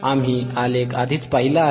आम्ही आलेख आधीच पाहिले आहे